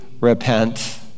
repent